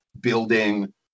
building